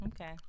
Okay